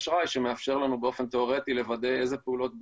אשראי שמאפשר לנו באופן תיאורטי לוודא איזה פעולות בוצעו.